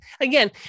again